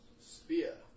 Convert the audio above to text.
Spear